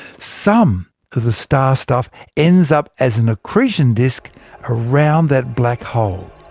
some of the star stuff ends up as an accretion disk around that black hole.